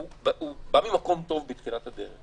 הוא בא ממקום טוב מבחינת הדרך.